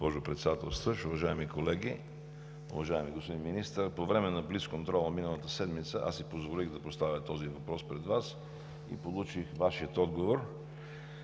госпожо Председател. Уважаеми колеги, уважаеми господин Министър! По време на блиц контрола миналата седмица си позволих да поставя този въпрос пред Вас и получих Вашия отговор.